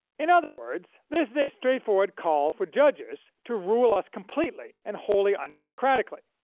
in other words, this is a straightforward call for judges to rule us completely and wholly undemocratically,